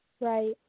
Right